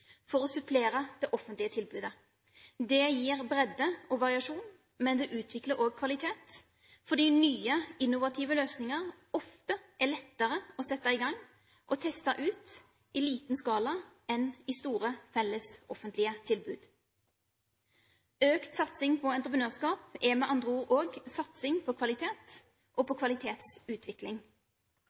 for å supplere det offentlige tilbudet. Det gir bredde og variasjon, men det utvikler også kvalitet, fordi nye, innovative løsninger ofte er lettere å sette i gang og teste ut i liten skala enn i store, felles offentlige tilbud. Økt satsing på entreprenørskap er med andre ord også satsing på kvalitet og på kvalitetsutvikling.